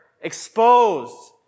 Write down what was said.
exposed